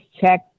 check